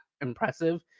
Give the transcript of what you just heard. impressive